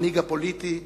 המנהיג הפוליטי,